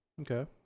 okay